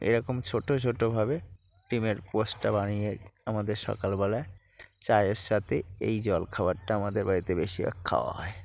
এরকম ছোট ছোটভাবে ডিমের পোচটা বানিয়ে আমাদের সকালবেলায় চায়ের সাথে এই জলখাবারটা আমাদের বাড়িতে বেশিরভাগ খাওয়া হয়